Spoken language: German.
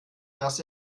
dass